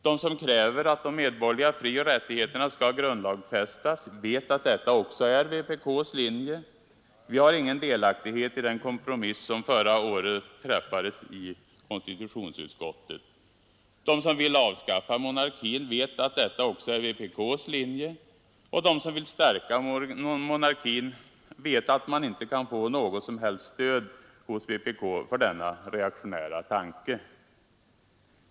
De som kräver att de medborgerliga frioch rättigheterna skall grundlagsfästas vet att detta också är vpk:s linje. Vi har ingen delaktighet i den kompromiss som förra våren träffades i konstitutionsutskottet. De som vill avskaffa monarkin vet att detta också är vpk:s linje, och de som vill stärka monarkin vet att man inte kan få något som helst stöd hos vpk för denna reaktionära tanke.